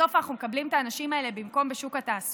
בסוף אנחנו מקבלים את האנשים האלה במקום בשוק התעסוקה,